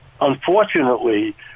Unfortunately